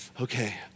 okay